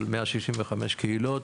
על 165 קהילות,